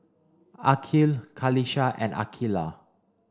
Aqil Qalisha and Aqeelah